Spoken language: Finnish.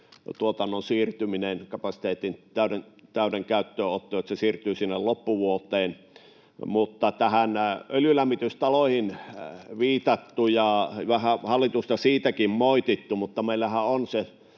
tuotannon siirtyminen, että täyden kapasiteetin käyttöönotto siirtyy sinne loppuvuoteen. Mutta öljylämmitystaloihin on viitattu, ja vähän hallitusta siitäkin moitittu, mutta meillähän on se